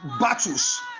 battles